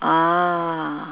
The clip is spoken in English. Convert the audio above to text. ah